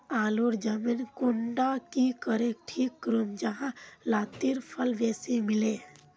आलूर जमीन कुंडा की करे ठीक करूम जाहा लात्तिर फल बेसी मिले?